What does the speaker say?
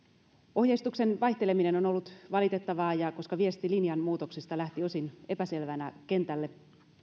ohjeistuksen vaihteleminen on on ollut valitettavaa ja koska viesti linjanmuutoksesta lähti osin epäselvänä kentälle